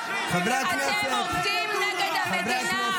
אתם עובדים נגד המדינה.